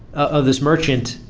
of this merchant,